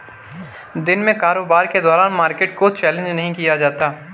दिन में कारोबार के दौरान मार्केट को चैलेंज नहीं किया जाता